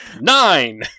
Nine